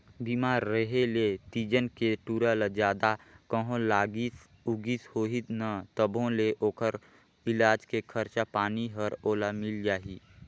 बीमा रेहे ले तीजन के टूरा ल जादा कहों लागिस उगिस होही न तभों ले ओखर इलाज के खरचा पानी हर ओला मिल जाही